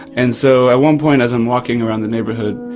and so at one point as i'm walking around the neighbourhood,